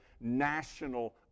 national